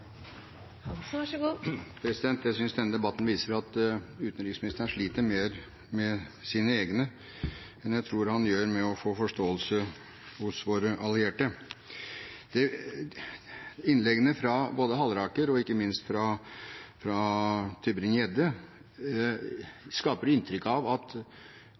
utenriksministeren sliter mer med sine egne enn jeg tror han gjør med å få forståelse hos våre allierte. Innleggene både fra Halleraker og – ikke minst – fra Tybring-Gjedde skaper inntrykk av at